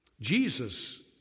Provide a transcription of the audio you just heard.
Jesus